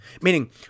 meaning